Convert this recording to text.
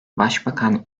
başbakan